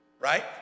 right